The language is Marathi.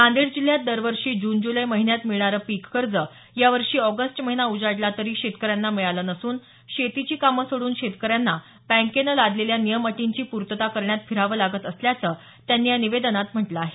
नांदेड जिल्ह्यात दरवर्षी जून जुलै महिन्यात मिळणारं पीक कर्ज या वर्षी ऑगस्ट महिना उजाडला तरी शेतकऱ्यांना मिळालं नसून शेतीची कामं सोडून शेतकऱ्यांना बँकेने लादलेल्या नियम अटीची पूर्तता कराण्यात फिरावे लागत असल्याचं त्यांनी या निवेदनात म्हटलं आहे